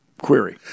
query